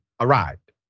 arrived